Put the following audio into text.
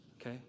Okay